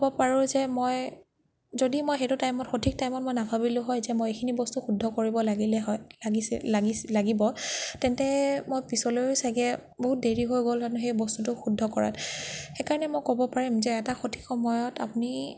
পাৰোঁ যে মই যদি মই সেইটো টাইমত সঠিক টাইমত মই নাভাবিলো হয় যে মই এইখিনি বস্তু শুদ্ধ কৰিব লাগিলে হয় লাগিছে লাগিব তেন্তে মই পিছলৈও ছাগৈ বহুত দেৰি হৈ গ'ল হয় সেই বস্তুটো শুদ্ধ কৰাত সেইকাৰণে মই ক'ব পাৰিম যে এটা সঠিক সময়ত আপুনি